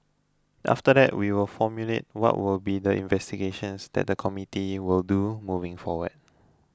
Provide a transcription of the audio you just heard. after that we will formulate what will be the investigations that the committee will do moving forward